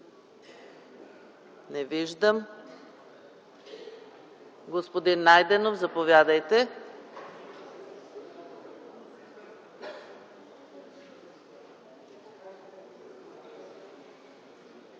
ни доклад? Господин Найденов, заповядайте.